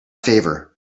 favor